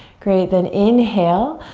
great then inhale.